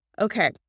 Okay